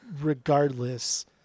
regardless